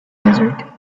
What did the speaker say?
desert